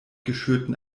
geschürten